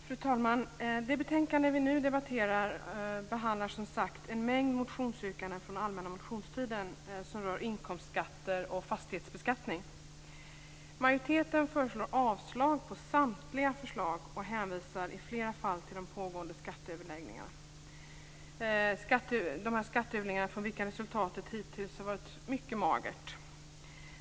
Fru talman! Det betänkande vi nu debatterar behandlar som sagt en mängd motionsyrkanden från allmänna motionstiden som rör inkomstskatter och fastighetsbeskattning. Majoriteten föreslår avslag på samtliga förslag och hänvisar i flera fall till de pågående skatteöverläggningarna, från vilka resultatet hittills har varit mycket magert.